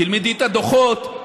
תלמדי את הדוחות,